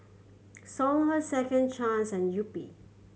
Songhe Second Chance and Yupi